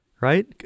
Right